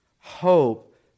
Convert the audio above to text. Hope